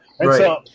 Right